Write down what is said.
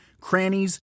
crannies